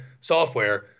software